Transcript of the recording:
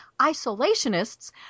isolationists